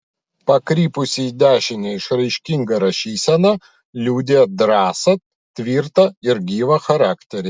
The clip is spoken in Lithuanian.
pakrypusi į dešinę išraiškinga rašysena liudija drąsą tvirtą ir gyvą charakterį